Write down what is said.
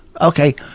Okay